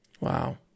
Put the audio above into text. Wow